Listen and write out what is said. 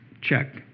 check